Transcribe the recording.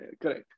correct